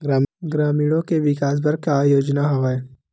ग्रामीणों के विकास बर का योजना हवय?